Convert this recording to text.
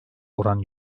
oran